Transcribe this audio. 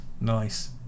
nice